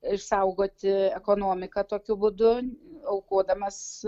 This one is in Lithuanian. išsaugoti ekonomiką tokiu būdu aukodamas